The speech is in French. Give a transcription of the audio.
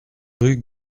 rue